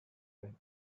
win